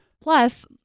Plus